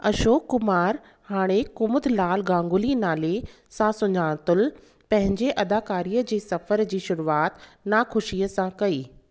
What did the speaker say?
अशोक कुमार हाणे कुमुदलाल गांगुली नाले सां सुञातलु पंहिंजे अदाकारीअ जे सफ़र जी शुरूआत नाख़ुशीअ सां कई